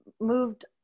moved